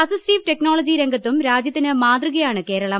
assistive technology രംഗത്തും രാജ്യത്തിന് മാതൃകയാണ് കേരളം